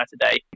today